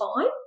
fine